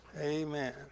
Amen